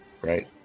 right